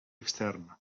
extern